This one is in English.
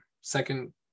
second